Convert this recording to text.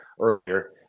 earlier